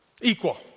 Equal